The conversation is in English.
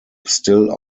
still